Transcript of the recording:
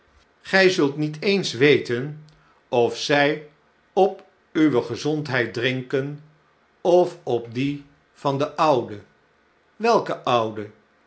gjj zult niet eens weten of zij op uwe gezondheid drinken of op die van den oude welke oude